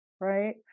right